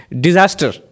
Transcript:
disaster